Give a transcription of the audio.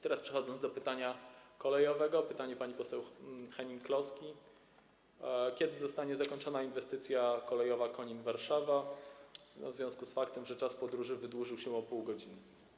Teraz przechodzę do pytania dotyczącego kolei, pytania pani poseł Hennig-Kloski, kiedy zostanie zakończona inwestycja kolejowa Konin - Warszawa, w związku z faktem, że czas podróży wydłużył się o pół godziny.